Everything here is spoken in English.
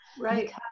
right